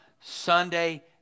Sunday